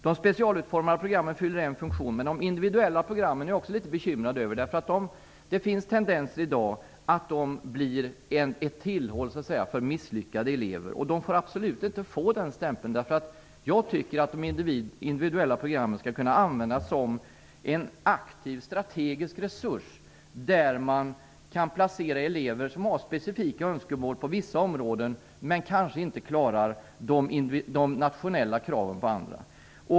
De specialutformade programmen fyller en funktion, men jag är också litet bekymrad över de individuella programmen. Det finns tendenser i dag till att de blir ett tillhåll för misslyckade elever, men de skall absolut inte få den stämpeln. De individuella programmen skall kunna användas som en aktiv, strategisk resurs, som man kan tillämpa på vissa elever som har specifika önskemål på vissa områden men kanske inte klarar de nationella kraven på andra.